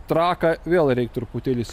traką vėl reik truputėlis